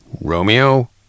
Romeo